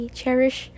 cherish